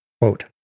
Quote